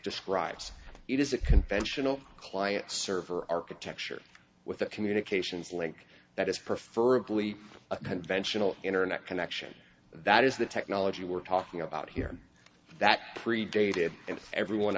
describes it is a conventional client server architecture with a communications link that is prefer a cli a conventional internet connection that is the technology we're talking about here that predated and everyone